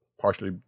partially